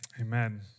amen